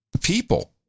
people